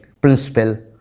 principle